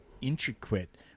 intricate